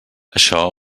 això